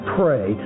pray